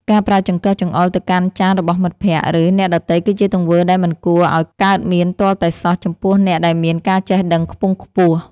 ការប្រើចង្កឹះចង្អុលទៅកាន់ចានរបស់មិត្តភក្តិ ឬ អ្នកដទៃគឺជាទង្វើដែលមិនគួរឱ្យកើតមានទាល់តែសោះចំពោះអ្នកដែលមានការចេះដឹងខ្ពង់ខ្ពស់។